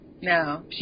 no